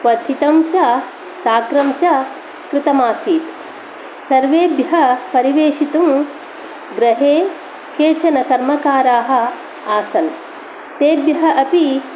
क्वथितं च तक्रं च कृतम् आसीत् सर्वेभ्य परिवेशितुं गृहे केचन कर्मकारः आसन् तेभ्यः अपि